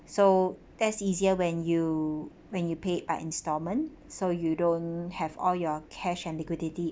so that's easier when you when you pay by installment so you don't have all your cash and liquidity